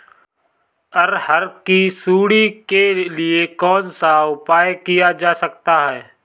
अरहर की सुंडी के लिए कौन सा उपाय किया जा सकता है?